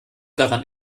daran